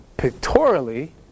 Pictorially